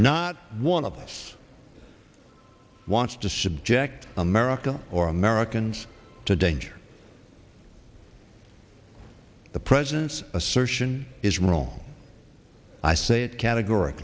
not one of us wants to subject america or americans to danger the president's assertion is wrong i say it categor